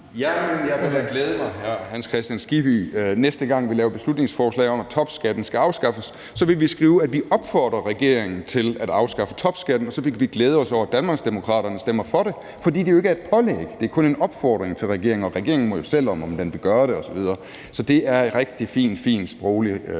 jeg vil da glæde mig, hr. Hans Kristian Skibby, til næste gang, vi laver beslutningsforslag om, at topskatten skal afskaffes. Så vil vi skrive, at vi opfordrer regeringen til at afskaffe topskatten, og så vil vi glæde os over, at Danmarksdemokraterne stemmer for det, fordi det jo ikke er et pålæg, men kun en opfordring til regeringen, og regeringen må jo selv om, om den vil gøre det osv. Så det er en rigtig fin, fin sproglig